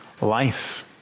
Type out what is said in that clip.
life